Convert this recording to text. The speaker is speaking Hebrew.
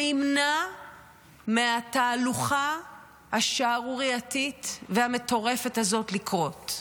וימנע מהתהלוכה השערורייתית והמטורפת הזאת לקרות.